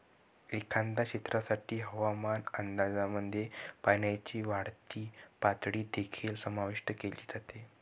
एखाद्या क्षेत्रासाठी हवामान अंदाजामध्ये पाण्याची वाढती पातळी देखील समाविष्ट केली जाते